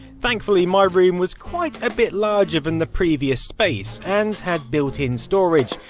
thankfully, my room was quite a bit larger than the previous space, and had built in storage,